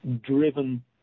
driven